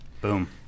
Boom